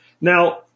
Now